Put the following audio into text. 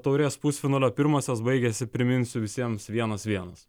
taurės pusfinalio pirmosios baigėsi priminsiu visiems vienas vienas